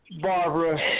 Barbara